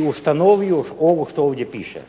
i ustanovio ovo što ovdje piše?